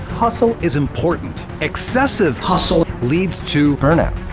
hustle. is important. excessive hustle. leads to burnout.